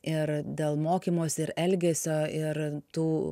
ir dėl mokymosi ir elgesio ir tų